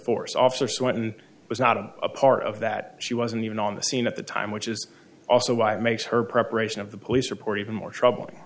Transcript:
force officer swanton was not a part of that she wasn't even on the scene at the time which is also why it makes her preparation of the police report even more troubl